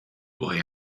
boy